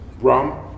Rum